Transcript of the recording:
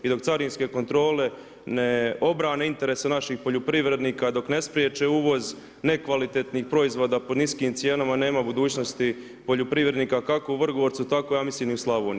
I dok carinske kontrole ne obrane interes naših poljoprivrednika, dok ne spriječe uvoz, nekvalitetnih proizvoda, po niskim cijenama, nema budućnosti poljoprivrednika, kako u Vrgorcu, tako ja mislim i u Slavoniji.